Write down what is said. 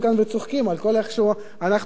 איך שאנחנו מתנהלים כאן,